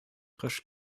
кыш